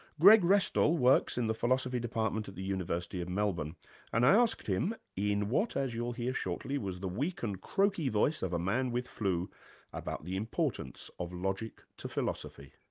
greg restall works in the philosophy department at the university of melbourne and i asked him in what, as you'll hear shortly, was the weak and croaky voice of a man with flu about the importance of logic to philosophy.